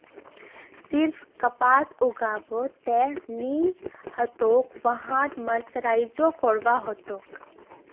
सिर्फ कपास उगाबो त नी ह तोक वहात मर्सराइजो करवा ह तोक